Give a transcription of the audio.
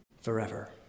forever